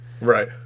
Right